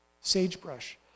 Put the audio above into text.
sagebrush